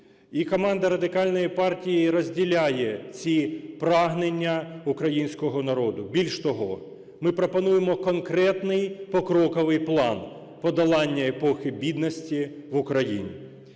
команда Радикальної партії розділяє ці прагнення українського народу. Більш того, ми пропонуємо конкретний покроковий план подолання епохи бідності в Україні.